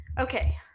Okay